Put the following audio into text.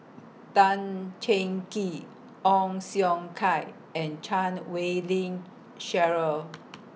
Tan Cheng Kee Ong Siong Kai and Chan Wei Ling Cheryl